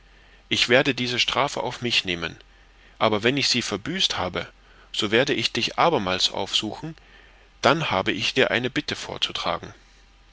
ich werde diese strafe auf mich nehmen aber wenn ich sie verbüßt habe so werde ich dich abermals aufsuchen dann habe ich dir eine bitte vorzutragen